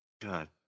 god